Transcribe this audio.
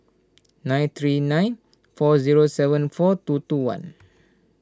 nine three nine four zero seven four two two one